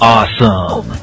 Awesome